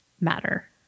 matter